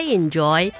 enjoy